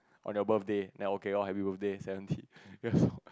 on your birthday and okay loh happy birthday seventy years old